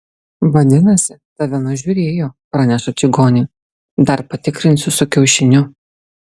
vadinasi tave nužiūrėjo praneša čigonė dar patikrinsiu su kiaušiniu